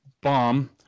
bomb